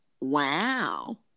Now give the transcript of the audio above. Wow